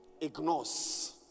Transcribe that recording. ignores